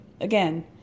Again